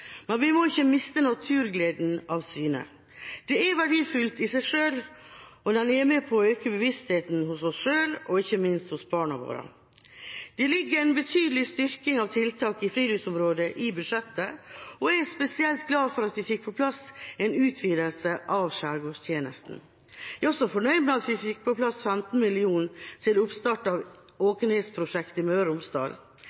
men vi må ikke miste naturgleden av syne. Den er verdifull i seg selv, og den er med på å øke bevisstheten hos oss selv, og ikke minst hos barna våre. Det ligger en betydelig styrking av tiltak i friluftsområder i budsjettet, og jeg er spesielt glad for at vi fikk på plass en utvidelse av skjærgårdstjenesten. Jeg er også fornøyd med at vi fikk på plass 15 mill. kr til oppstart av